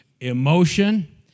Emotion